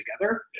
together